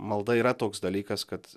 malda yra toks dalykas kad